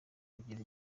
kugera